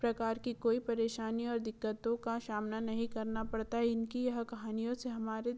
प्रकार की कोई परेशानी और दिक्कतों का सामना नहीं करना पड़ता इनकी यह कहानियों से हमारे